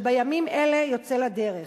שבימים אלה יוצא לדרך.